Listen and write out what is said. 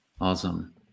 awesome